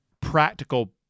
practical